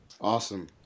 Awesome